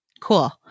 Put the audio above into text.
Cool